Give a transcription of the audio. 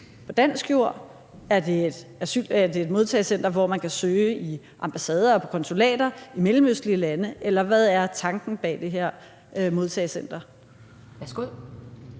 på dansk jord. Er det et modtagecenter, hvor man kan søge fra ambassader og konsulater i mellemøstlige lande, eller hvad er tanken bag det her modtagecenter?